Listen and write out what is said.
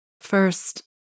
First